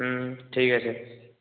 ঠিক আছে